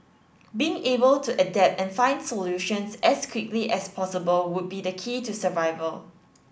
being able to adapt and find solutions as quickly as possible would be the key to survival